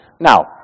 Now